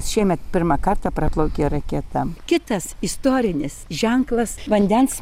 šiemet pirmą kartą praplaukė raketa kitas istorinis ženklas vandens